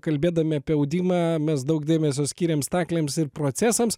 kalbėdami apie audimą mes daug dėmesio skyrėm staklėms ir procesams